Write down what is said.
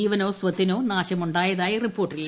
ജീവനോ സ്വത്തിനോ നാശനഷ്ടമുണ്ടായതായി റിപ്പോർട്ട് ഇല്ല